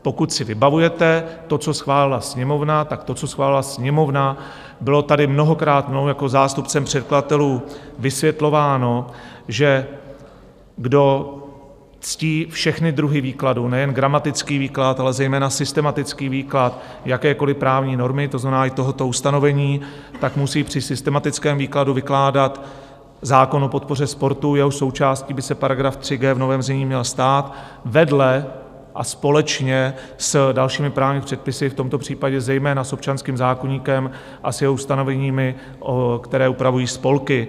Pokud si vybavujete to, co schválila Sněmovna, tak to, co schválila Sněmovna, bylo tady mnohokrát mnou jako zástupcem předkladatelů vysvětlováno, že kdo ctí všechny druhy výkladu, nejen gramatický výklad, ale zejména systematický výklad jakékoli právní normy, to znamená i tohoto ustanovení, tak musí při systematickém výkladu vykládat zákon o podpoře sportu, jehož součástí by se § 3g v novém znění měl stát, vedle a společně s dalšími právní předpisy, v tomto případě zejména s občanským zákoníkem a s jeho ustanoveními, které upravují spolky.